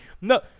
No